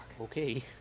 Okay